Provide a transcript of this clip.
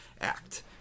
Act